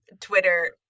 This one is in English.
twitter